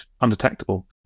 undetectable